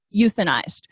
euthanized